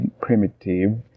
primitive